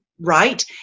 right